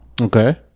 Okay